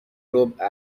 ربع